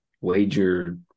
wager